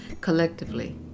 collectively